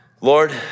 Lord